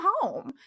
home